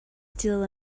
still